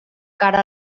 cara